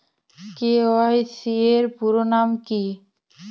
KYC এর পুরোনাম কী?